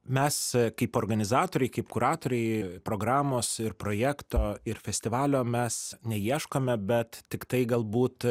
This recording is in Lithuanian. mes kaip organizatoriai kaip kuratoriai programos ir projekto ir festivalio mes neieškome bet tiktai galbūt